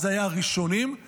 אז זה היה ראשוני, היום,